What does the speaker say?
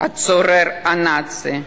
הצורר הנאצי,